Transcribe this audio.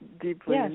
Deeply